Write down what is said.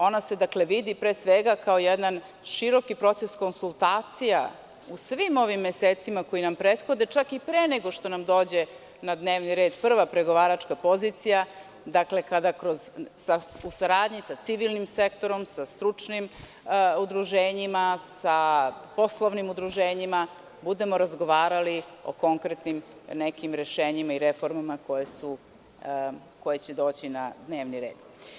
Ona se vidi, pre svega, kao jedan široki proces konsultacija u svim ovim mesecima koji nam prethode, čak i pre nego što nam dođe na dnevni red prva pregovaračka pozicija, kada u saradnji sa civilnim sektorom, sa stručnim udruženjima, sa poslovnim udruženjima, budemo razgovarali o konkretnim rešenjima i reformama koje će doći na dnevni red.